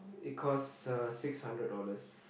it costs a six hundred dollars